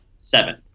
seven